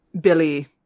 billy